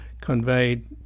conveyed